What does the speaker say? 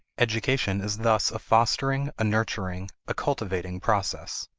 education is thus a fostering, a nurturing, a cultivating, process.